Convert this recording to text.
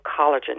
collagen